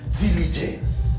diligence